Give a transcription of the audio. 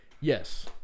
Yes